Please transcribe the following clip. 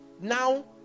now